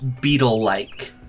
beetle-like